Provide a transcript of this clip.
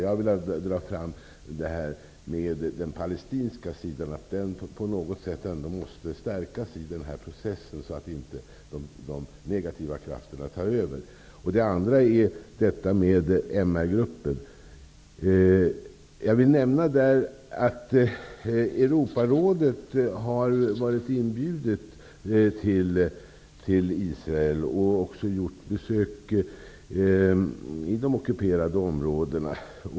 Jag vill dra fram detta med att den palestinska sidan måste stärkas i processen, så att inte de negativa krafterna tar över. En annan sak är MR Jag vill nämna att Europarådet har varit inbjudet till Israel och också har gjort besök i de ockuperade områdena.